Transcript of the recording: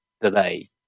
delay